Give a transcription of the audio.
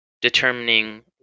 determining